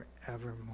Forevermore